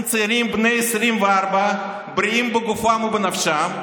צעירים בני 24 בריאים בגופם ובנפשם,